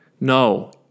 No